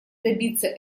добиться